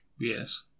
Yes